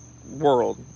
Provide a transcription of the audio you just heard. world